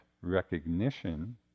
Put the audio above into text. recognition